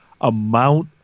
amount